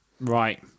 Right